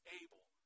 able